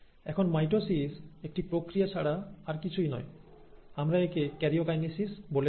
এখন মাইটোসিস একটি প্রক্রিয়া ছাড়া আর কিছুই নয় আমরা একে ক্যারিওকাইনেসিসও বলে থাকি